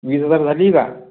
वीस हजार झाली का